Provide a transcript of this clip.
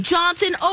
Johnson